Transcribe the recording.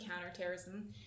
counterterrorism